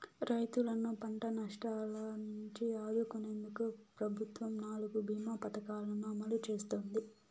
రైతులను పంట నష్టాల నుంచి ఆదుకునేందుకు ప్రభుత్వం నాలుగు భీమ పథకాలను అమలు చేస్తోంది